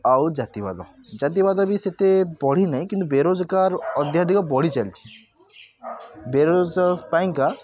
ଆଉ ଜାତିବାଦ ଜାତିବାଦ ସେତେ ବଢ଼ି ନାହିଁ କିନ୍ତୁ ବେରୋଜଗାର ଅଦ୍ୟଧିକ ବଢ଼ିଚାଲିଛି ବେରୋଜଗାର ପାଇଁକା